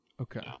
okay